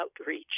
Outreach